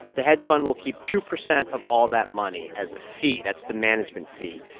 the hedge fund will keep two percent of all that money as a fee. that's the management fee.